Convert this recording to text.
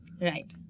Right